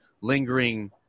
lingering